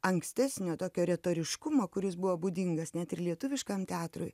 ankstesnio tokio retoriškumo kuris buvo būdingas net ir lietuviškam teatrui